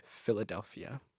Philadelphia